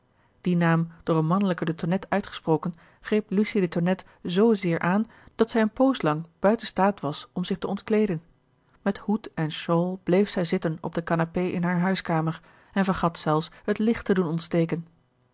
die naam door een mannelijken de tonnette uitgesproken greep lucie de tonnette zoo zeer aan dat zij een poos lang buiten staat was om zich te ontkleeden met hoed en sjawl bleef zij zitten op de canapé in hare huiskamer en vergat zelfs het licht te doen ontsteken